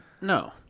no